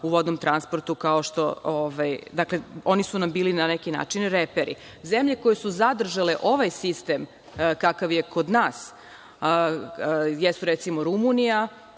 u vodnom transportu, oni su nam na neki način bili reperi. Zemlje koje su zadržale ovaj sistem kakav je kod nas, jesu recimo, Rumunija,